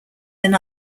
than